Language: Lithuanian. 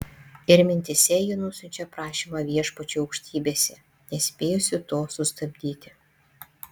ir mintyse ji nusiunčia prašymą viešpačiui aukštybėse nespėjusi to sustabdyti